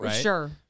Sure